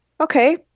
Okay